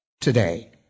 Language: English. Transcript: today